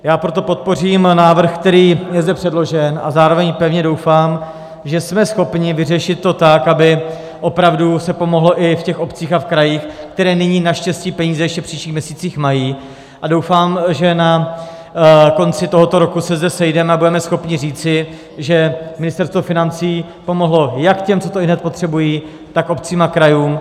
Já proto podpořím návrh, který je zde předložen, a zároveň pevně doufám, že jsme schopni vyřešit to tak, aby se opravdu pomohlo v těch obcích a krajích, které nyní naštěstí peníze ještě v příštích měsících mají, a doufám, že na konci tohoto roku se zde sejdeme a budeme schopni říci, že Ministerstvo financí pomohlo jak těm, co to hned potřebují, tak obcím a krajům.